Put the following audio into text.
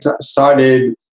started